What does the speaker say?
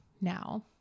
now